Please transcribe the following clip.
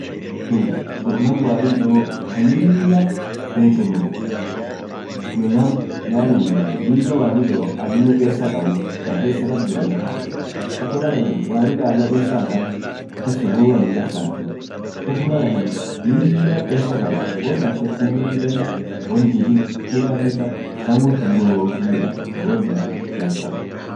urr naam warri dooaf lilla bekenuuf iyoo nam pesaa kabuu, naam pesaa kaab duraa itta lakiini malaan warri daa amoo pesaa hinkaabn malsun woyyu ann hinkarkartuu, amotuu malaan pesaa kabaad woan anin feed midafeda namur hinboo wondudu tintii malsun.